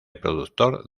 productor